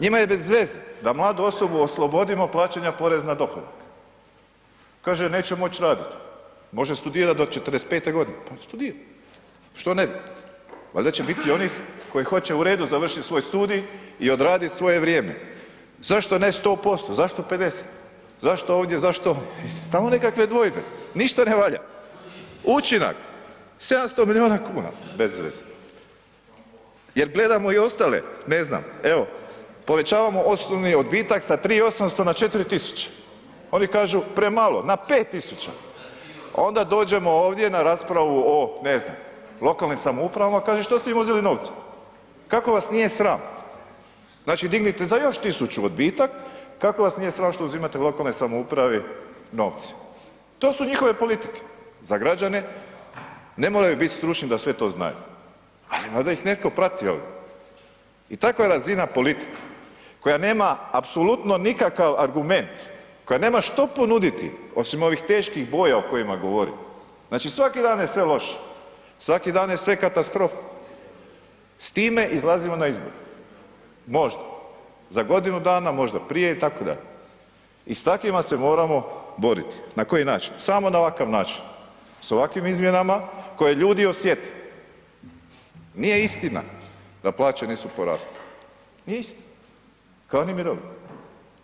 Njima je bez veze da mladu osobu oslobodimo plaćanja poreza na dohodak, kaže neće moć radit, može studirat do 45.g., pa nek studira, što ne bi, valjda će bit i onih koji hoće u redu završit svoj studij i odradit svoje vrijeme, zašto ne 100%, zašto 50, zašto ovdje, zašto i stalno nekakve dvojbe, ništa ne valja, učinak 700 milijuna kuna, bez veze, jer gledamo i ostale, ne znam, evo povećavamo osnovni odbitak sa 3.800,00 na 4.000,00, oni kažu premalo, na 5.000,00, onda dođemo ovdje na raspravu o, ne znam, lokalnim samoupravama, kaže što ste im uzeli novce, kako vas nije sram, znači dignite za još 1.000,00 odbitak, kako vas nije sram što uzimate lokalnoj samoupravi novce, to su njihove politike, za građane, ne moraju bit stručni da to sve znaju, ali valjda ih netko prati ovdje i takva je razina politika koja nema apsolutno nikakav argument, koja nema što ponuditi osim ovih teških boja o kojima govorim, znači svaki dan je sve loše, svaki dan je sve katastrofa, s time izlazimo na izbore, možda za godinu dana, možda prije itd. i s takvima se moramo boriti, na koji način, samo na ovakav način s ovakvim izmjenama koje ljudi osjete, nije istina da plaće nisu porasle, nije istina, kao ni mirovine,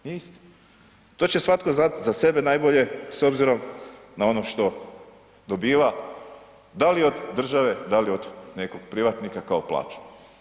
nije istina, to će svatko znati za sebe najbolje s obzirom na ono što dobiva da li od države, da li od nekog privatnika kao plaću.